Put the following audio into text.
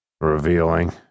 revealing